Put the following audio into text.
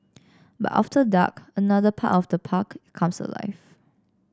but after dark another part of the park comes alive